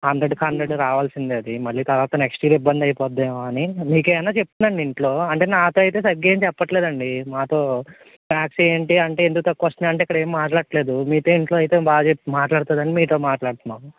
హండ్రెడ్కి హండ్రెడ్ రావాల్సిందే అది మళ్ళీ తర్వాత నెక్స్ట్ ఇయర్ ఇబ్బంది అయిపోద్ది ఏమో అని మీకు ఏమన్న చెప్తుందా అండి ఇంట్లో అంటే నాతో అయితే సరిగా ఏమి చెప్పట్లేదండి మాతో మ్యాథ్స్ ఏంటి అంటే ఎందుకు తక్కువ వస్తన్నాయి అంటే ఇక్కడ ఏమి మాట్లాడట్లేదు మీతో ఇంట్లో అయితే బాగా చెప్ మాట్లాడతుందని మీతో మాట్లాడుతున్నాను